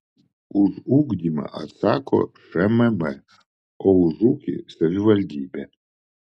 už ugdymą atsako šmm o už ūkį savivaldybė